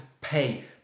pay